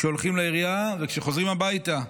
כשהולכים לעירייה וכשחוזרים הביתה,